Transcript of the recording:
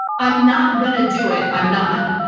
i'm not going to do it. i'm not.